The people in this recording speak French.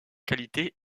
qualité